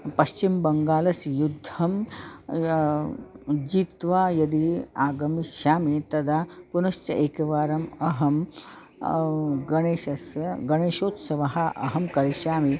पश्चिमबङ्गालस्य युद्धं जीत्वा यदि आगमिष्यामि तदा पुनश्च एकवारम् अहं गणेशस्य गणेशोत्सवः अहं करिष्यामि